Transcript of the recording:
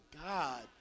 God